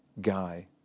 guy